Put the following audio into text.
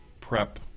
prep